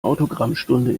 autogrammstunde